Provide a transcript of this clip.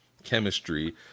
Chemistry